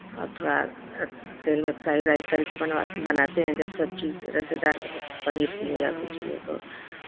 और थोड़ा तेल में फ्राई उराई करके बनवा बनाते हैं जब सब्जी थोड़ा सा दाल और पनीर की हो या कुछ की हो तो